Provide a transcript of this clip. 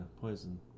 poison